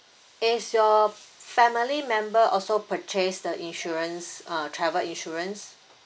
is your family member also purchased the insurance uh travel insurance